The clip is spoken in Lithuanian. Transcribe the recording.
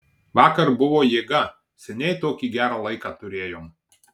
vakar buvo jėga seniai tokį gerą laiką turėjom